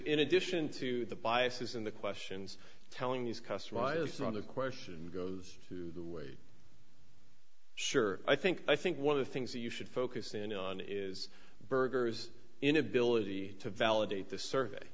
in addition to the biases in the questions telling these customized on the question goes to the weight sure i think i think one of the things that you should focus in on is burgers inability to validate the survey